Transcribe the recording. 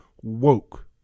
woke